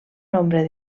nombre